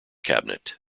cabinet